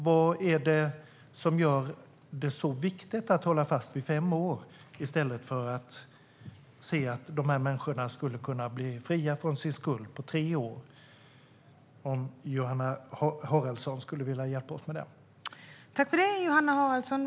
Vad är det som gör det så viktigt att hålla fast vid fem år i stället för att se att de här människorna skulle kunna bli fria från sin skuld på tre år? Jag undrar om Johanna Haraldsson skulle kunna hjälpa oss att förstå det.